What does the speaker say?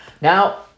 Now